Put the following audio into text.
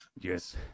Yes